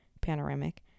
panoramic